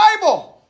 Bible